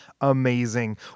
amazing